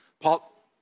Paul